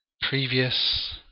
previous